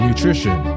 Nutrition